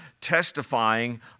testifying